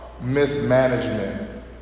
mismanagement